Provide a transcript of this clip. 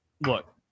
Look